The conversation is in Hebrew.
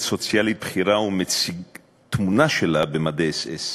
סוציאלית בכירה ומציג תמונה שלה במדי אס-אס.